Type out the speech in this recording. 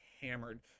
hammered